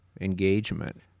engagement